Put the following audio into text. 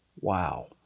Wow